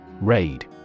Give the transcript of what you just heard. Raid